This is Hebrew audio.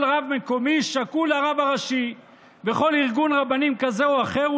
כל רב מקומי שקול לרב הראשי בכל ארגון רבנים כזה או אחר,